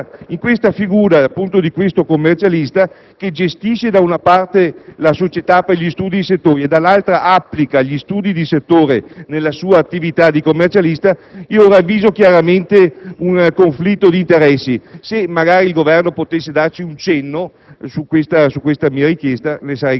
Nella figura di questo commercialista, che, da una parte, gestisce la società per gli studi di settore e, dall'altra, applica gli studi di settore nella sua attività di commercialista, io ravviso chiaramente un conflitto di interessi. Se il Governo potesse magari darci un cenno su questa mia